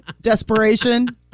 desperation